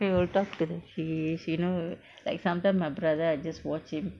we will talk to the fish you know like sometimes my brother I just watch him